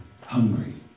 hungry